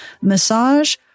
massage